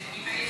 אני הייתי בשטח,